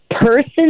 person